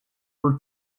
were